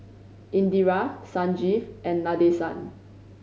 Indira Sanjeev and Nadesan